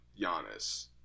Giannis